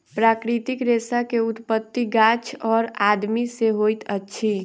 प्राकृतिक रेशा के उत्पत्ति गाछ और आदमी से होइत अछि